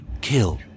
kill